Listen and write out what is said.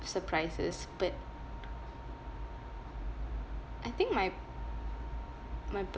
surprises but I think my my